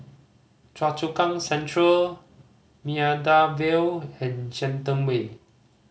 Choa Chu Kang Central Maida Vale and Shenton Way